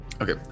okay